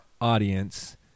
audience